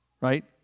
right